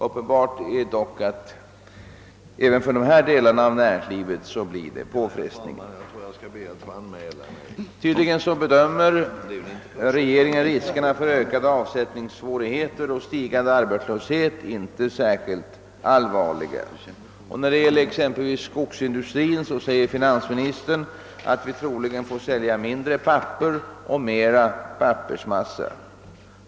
Uppenbart är dock att det även för dessa delar av näringslivet blir påfrestningar. Tydligen bedömer regeringen riskerna för ökande avsättningssvårigheter och stigande arbetslöshet som inte särskilt allvarliga. När det gäller exempelvis skogsindustrin säger finansministern att vi troligen får sälja mindre papper och mera pappersmassa.